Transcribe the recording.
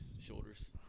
shoulders